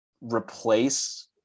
replace